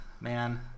man